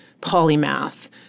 polymath